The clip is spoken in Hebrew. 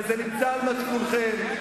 וזה נמצא על מצפונכם.